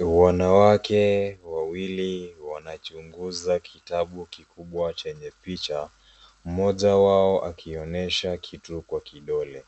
Wanawake wawili wanachunguz kitabu kikubwa chenye picha mmoja wao akionyesha kitu kwa kidole.